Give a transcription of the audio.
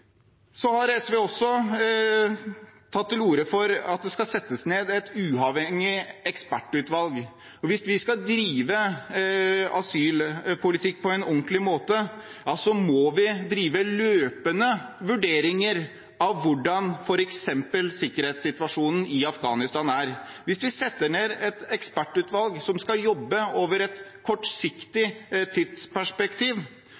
har også tatt til orde for at det skal settes ned et uavhengig ekspertutvalg. Hvis vi skal drive asylpolitikk på en ordentlig måte, må vi gjøre løpende vurderinger av hvordan f.eks. sikkerhetssituasjonen er i Afghanistan. Hvis vi setter ned et ekspertutvalg som skal jobbe i et